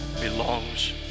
belongs